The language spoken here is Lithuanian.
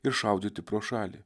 ir šaudyti pro šalį